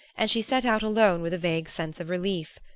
and she set out alone with a vague sense of relief.